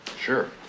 Sure